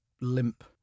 limp